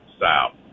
South